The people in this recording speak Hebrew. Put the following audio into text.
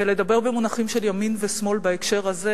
ולדבר במונחים של ימין ושמאל בהקשר הזה,